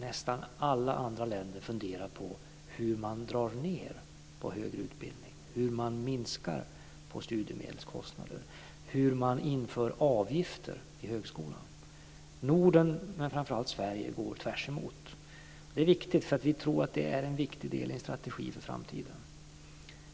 Nästa alla andra länder funderar på hur de kan dra ned på högre utbildning, hur de ska minska på studiemedelskostnader, hur de ska införa avgifter i högskolan. Norden, men framför allt Sverige, går tvärtemot. Det är viktigt, för vi tror att det är en viktig del i strategin för framtiden.